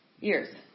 years